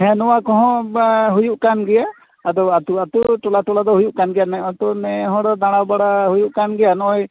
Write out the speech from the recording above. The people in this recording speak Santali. ᱦᱮᱸ ᱱᱚᱣᱟ ᱠᱚᱸᱦᱚ ᱦᱩᱭᱩᱜ ᱠᱟᱱ ᱜᱮᱭᱟ ᱟᱫᱚ ᱟᱹᱛᱩ ᱟᱹᱛᱩ ᱴᱚᱞᱟ ᱴᱚᱞᱟ ᱫᱚ ᱦᱩᱭᱩᱜ ᱠᱟᱱ ᱜᱮᱭᱟ ᱮᱱᱛᱮ ᱱᱮ ᱦᱚᱲ ᱫᱟᱬᱟ ᱵᱟᱲᱟᱭ ᱦᱩᱭᱩᱜ ᱠᱟᱱ ᱜᱮᱭᱟ ᱱᱚᱜᱼᱚᱭ